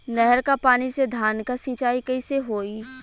नहर क पानी से धान क सिंचाई कईसे होई?